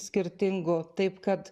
skirtingų taip kad